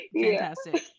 fantastic